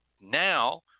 now